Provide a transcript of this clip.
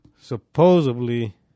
supposedly